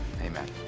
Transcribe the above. Amen